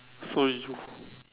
so did you